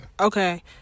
Okay